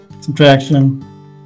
subtraction